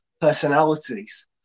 personalities